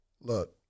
Look